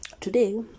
Today